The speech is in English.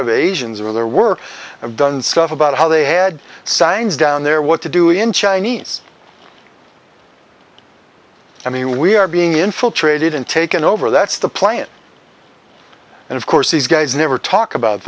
of asians or their work done stuff about how they had signs down there what to do in chinese i mean we are being infiltrated and taken over that's the planet and of course these guys never talk about